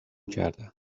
کردم